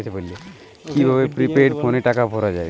কি ভাবে প্রিপেইড ফোনে টাকা ভরা হয়?